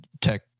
Tech